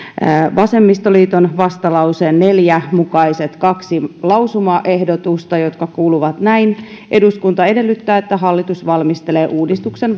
vasemmistoliiton vastalauseen neljä mukaiset kaksi lausumaehdotusta jotka kuuluvat näin eduskunta edellyttää että hallitus valmistelee uudistuksen